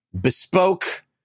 bespoke